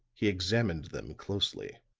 he examined them closely.